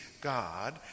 God